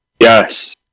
Yes